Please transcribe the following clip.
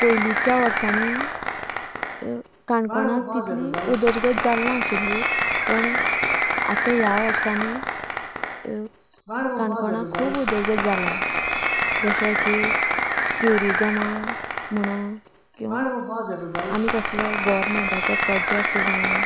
पयलीच्या वर्सांनी काणकोणा तितली उदरगत जालनाशिल्ली पण आता ह्या वर्सांनी काणकोणा खूब उदरगत जाला जशें की ट्युरिजमा म्हुणो आनी कसलें गोरमेंटाचें प्रॉजॅक्ट जावं